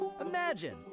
Imagine